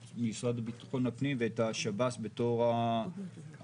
את המשרד לביטחון הפנים ואת השב"ס בתור המפעיל,